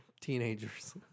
Teenagers